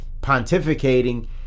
pontificating